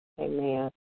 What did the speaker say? Amen